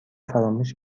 فراموش